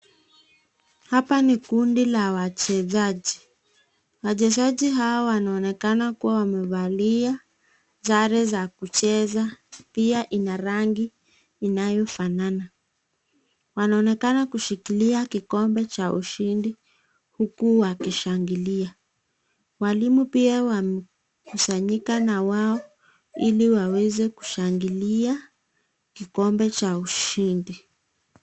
Hapa ni kundi la wachezaji. Wachezaji hawa wanaonekana kuwa wamevalia sare za kucheza pia ina rangi inayofanana. Wanaonekana kushikilia kikombe cha ushindi huku wakishangilia. Walimu pia wamekusanyika na wao ili waweze kushangilia kikombe cha ushindi.